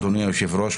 אדוני היושב-ראש,